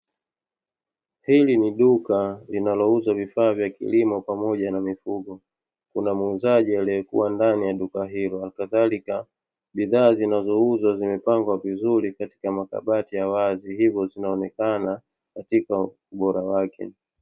Hili ni duka linalouzwa vifaa vya kilimo pamoja na mifugo, kuna muuzaji aliyekuwa ndani ya duka hilo kadhalika bidhaa zinazouzwa zimepangwa vizuri katika makabati ya wazi, hivyo zinaonekana katika ubora wake.